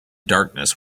darkness